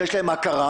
שיש להם הכרה,